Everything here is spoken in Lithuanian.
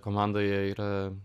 komandoje yra